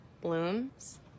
blooms